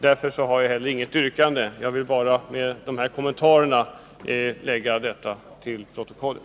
Därför har jag inte heller något yrkande. Jag vill bara foga dessa kommentarer till protokollet.